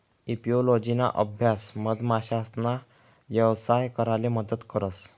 एपिओलोजिना अभ्यास मधमाशासना यवसाय कराले मदत करस